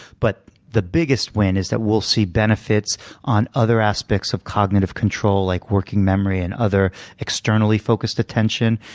but the biggest win is that we'll see benefits on other aspects of cognitive control like working memory and other externally-focused attention,